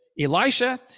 Elisha